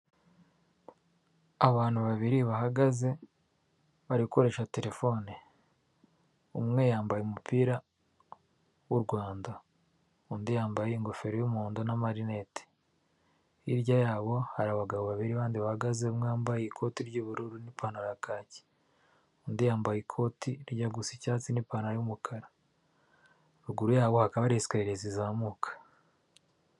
Abantu babiri bahagaze bari gukoresha terefone, umwe yambaye umupira w'u Rwanda, undi yambaye ingofero y'umuhondo n'amarinete. Hirya yabo hari abagabo babiri bandi bahagaze, umwe wambaye ikote ry'ubururu n'ipantaro ya kaki, undi yambaye ikote rijya gusa icyatsi n'ipantaro y'umukara, ruguru yabo hakaba hari esikariye zizamuka.